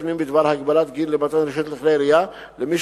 הפנים בדבר הגבלת גיל למתן רשיונות לכלי ירייה למי